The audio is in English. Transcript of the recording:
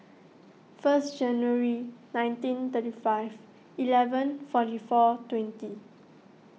first January nineteen thirty five eleven forty four twenty